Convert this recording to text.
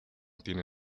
tiene